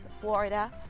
florida